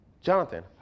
Jonathan